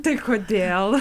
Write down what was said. tai kodėl